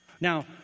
Now